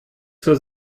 zur